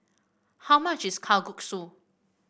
how much is Kalguksu